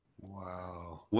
Wow